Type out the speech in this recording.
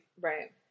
Right